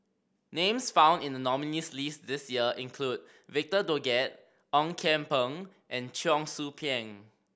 names found in the nominees' list this year include Victor Doggett Ong Kian Peng and Cheong Soo Pieng